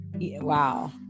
wow